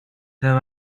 there